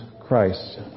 Christ